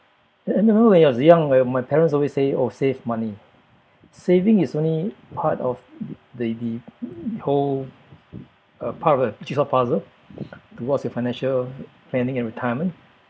and anyway when I was young right my parents always say oh save money saving is only part of the the whole a part of the jigsaw puzzle towards your financial planning and retirement